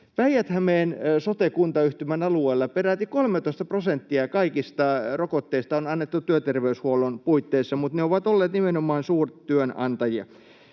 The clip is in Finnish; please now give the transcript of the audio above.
Päijät-Hämeen sote-kuntayhtymän alueella peräti 13 prosenttia kaikista rokotteista on annettu työterveyshuollon puitteissa — mutta ne ovat olleet nimenomaan suurtyönantajia.